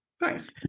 nice